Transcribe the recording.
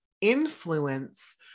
influence